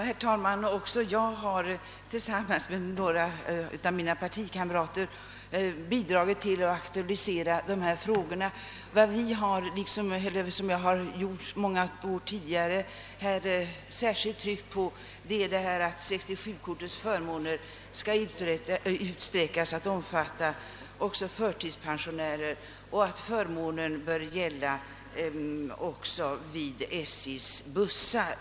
Herr talman! Också jag har tillsammans med några partikamrater bidragit till att aktualisera dessa frågor. Lik som många år tidigare anser vi det angeläget att 67-kortets förmåner utsträckes att omfatta även förtidspensionerade och att förmånen bör gälla också vid SJ:s bussar.